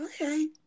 Okay